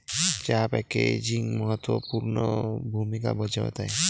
चहा पॅकेजिंग महत्त्व पूर्ण भूमिका बजावत आहे